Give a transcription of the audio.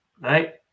Right